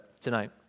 tonight